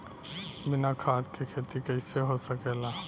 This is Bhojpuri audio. बिना खाद के खेती कइसे हो सकेला?